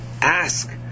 ask